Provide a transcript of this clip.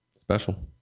Special